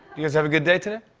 you guys have a good day today?